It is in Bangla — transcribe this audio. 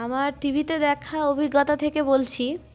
আমার টিভিতে দেখা অভিজ্ঞতা থেকে বলছি